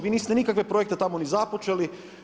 Vi niste nikakve projekte tamo ni započeli.